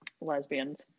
lesbians